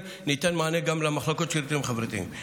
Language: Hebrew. ניתן מענה גם למחלקות השירותים החברתיים.